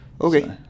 Okay